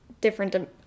different